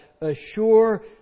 assure